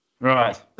Right